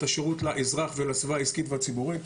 השירות לאזרח ולסביבה העסקית והציבורית,